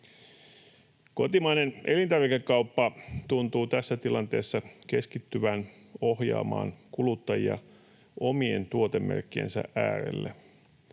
Kotimainen elintarvikekauppa tuntuu tässä tilanteessa keskittyvän ohjaamaan kuluttajia omien tuotemerkkiensä äärelle.